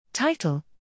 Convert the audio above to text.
Title